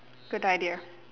good idea